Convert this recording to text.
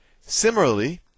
Similarly